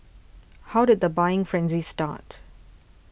how did the buying frenzy start